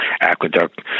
Aqueduct